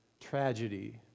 tragedy